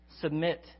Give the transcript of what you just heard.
Submit